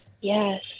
Yes